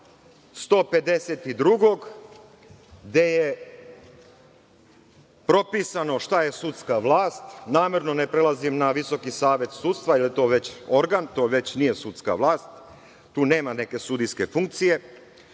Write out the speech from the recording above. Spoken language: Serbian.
152. gde je propisano šta je sudska vlast, namerno ne prelazim na Visoki savet sudstva jer je to organ, nije sudska vlast, tu nema neke sudijske funkcije,